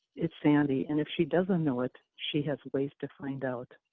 it's sandy, and if she doesn't know it, she has ways to find out.